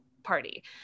party